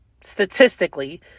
statistically